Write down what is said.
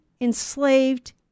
enslaved